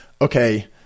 okay